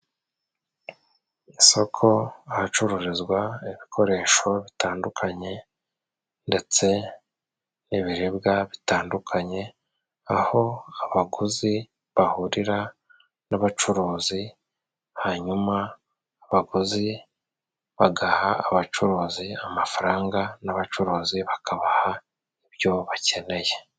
Isoko ahacururizwa ibikoresho bitandukanye ndetse n'ibiribwa bitandukanye, aho abaguzi bahurira n'abacuruzi, hanyuma abaguzi bagaha abacuruzi amafaranga n'abacuruzi bakabaha ibyo bakeneye.